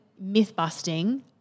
myth-busting